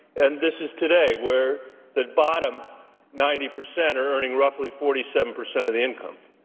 and this is today where the bottom ninety percent are earning roughly forty seven percent of the income.